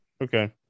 Okay